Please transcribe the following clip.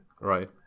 Right